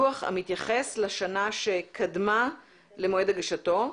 דוח המתייחס לשנה שקדמה למועד הגשתו.